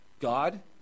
God